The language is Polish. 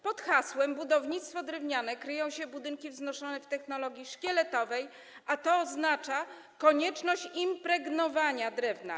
Pod hasłem „budownictwo drewniane” kryją się budynki wznoszone w technologii szkieletowej, a to oznacza konieczność impregnowania drewna.